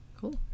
Cool